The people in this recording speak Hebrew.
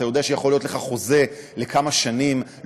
אתה יודע שיכול להיות לך חוזה לכמה שנים,